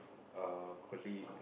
err colleague